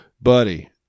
Buddy